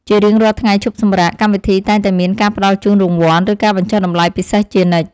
ជារៀងរាល់ថ្ងៃឈប់សម្រាកកម្មវិធីតែងតែមានការផ្ដល់ជូនរង្វាន់ ឬការបញ្ចុះតម្លៃពិសេសជានិច្ច។